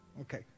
Okay